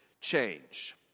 change